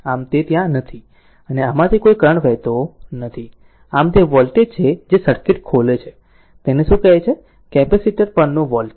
આમ તે ત્યાં નથી અને આમાંથી કોઈ કરંટ વહેતો નથી આમ આ તે વોલ્ટેજ છે જે સર્કિટ ખોલે છે તેને શું કહે છે કેપેસિટર પરનો વોલ્ટેજ